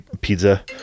pizza